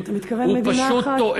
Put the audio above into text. הוא פשוט טועה.